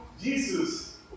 Jesus